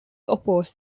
opposed